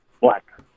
black